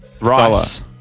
Rice